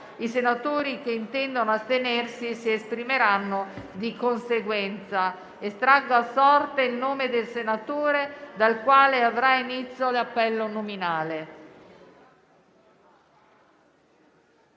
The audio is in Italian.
i senatori che intendono astenersi si esprimeranno di conseguenza. Estraggo ora a sorte il nome del senatore dal quale avrà inizio l'appello nominale.